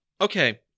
okay